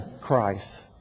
Christ